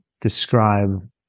describe